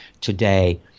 today